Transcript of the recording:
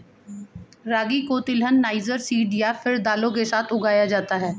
रागी को तिलहन, niger seed या फिर दालों के साथ उगाया जाता है